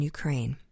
Ukraine